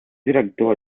director